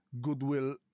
goodwill